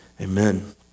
amen